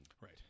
Right